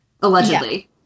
allegedly